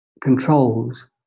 controls